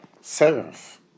seventh